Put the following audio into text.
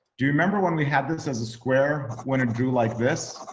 do you remember when we had this as a square, when a drew like this?